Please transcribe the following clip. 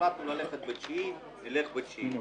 החלטנו ללכת לבחירות ב-9 באפריל, נלך ב-9 באפריל.